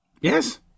Yes